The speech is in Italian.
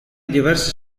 diverse